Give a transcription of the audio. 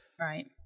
Right